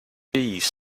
piece